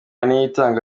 niyitanga